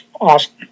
Awesome